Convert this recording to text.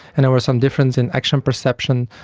and there was some difference in action perception,